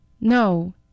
No